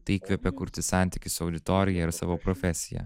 tai įkvepia kurti santykį su auditorija ir savo profesija